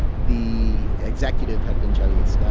the executive had been chavista,